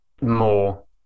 more